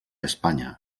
espanya